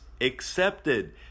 accepted